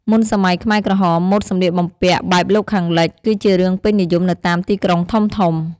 មុនសម័យខ្មែរក្រហម ម៉ូដសម្លៀកបំពាក់បែបលោកខាងលិច គឺជារឿងពេញនិយមនៅតាមទីក្រុងធំៗ។